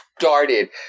started